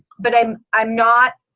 but i'm i'm not